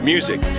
Music